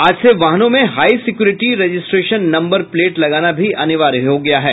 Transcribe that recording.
आज से वाहनों में high security registration number plate लगाना भी अनिवार्य हो गया है